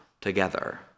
together